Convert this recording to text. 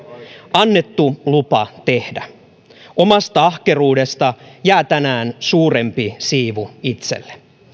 annettu lupa tehdä omasta ahkeruudesta jää tänään suurempi siivu itselle